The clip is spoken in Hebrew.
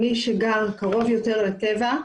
מי שגר קרוב יותר לטבע,